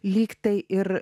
lyg tai ir